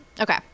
Okay